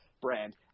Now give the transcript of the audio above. brand